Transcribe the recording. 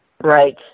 Right